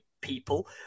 people